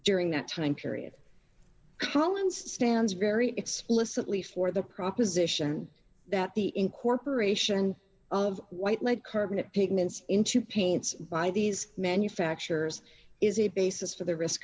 during that time period one stands very explicitly for the proposition that the incorporation of white lead current pigments into paints by these manufacturers is a basis for the risk